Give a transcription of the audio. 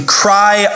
cry